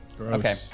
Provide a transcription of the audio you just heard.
Okay